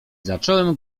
zacząłem